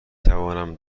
توانم